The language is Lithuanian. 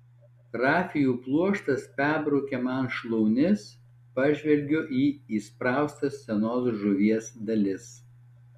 rafijų pluoštas perbraukia man šlaunis pažvelgiu į įspraustas senos žuvies dalis